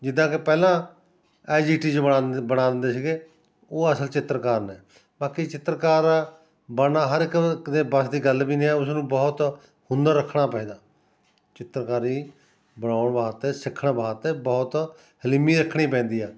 ਜਿਦਾਂ ਕਿ ਪਹਿਲਾਂ ਐਜ਼ ਇੱਟ ਇਜ਼ ਬਣਾਉਂਦੇ ਬਣਾ ਦਿੰਦੇ ਸੀਗੇ ਉਹ ਅਸਲ ਚਿੱਤਰਕਾਰ ਨੇ ਬਾਕੀ ਚਿੱਤਰਕਾਰ ਬਣਨਾ ਹਰ ਇੱਕ ਇੱਕ ਦੇ ਵੱਸ ਦੀ ਗੱਲ ਵੀ ਨਹੀਂ ਹੈ ਉਸਨੂੰ ਬਹੁਤ ਹੁਨਰ ਰੱਖਣਾ ਪੈਂਦਾ ਚਿੱਤਰਕਾਰੀ ਬਣਾਉਣ ਵਾਸਤੇ ਸਿੱਖਣ ਵਾਸਤੇ ਬਹੁਤ ਹਲੀਮੀ ਰੱਖਣੀ ਪੈਂਦੀ ਹੈ